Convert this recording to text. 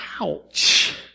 ouch